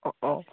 অঁ অঁ